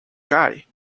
guy